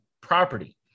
property